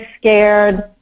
scared